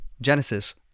Genesis